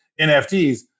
NFTs